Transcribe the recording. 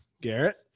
Garrett